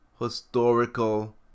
historical